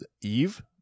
Eve